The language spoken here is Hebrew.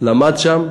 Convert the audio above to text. למד שם,